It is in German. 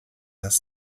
das